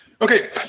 Okay